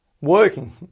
working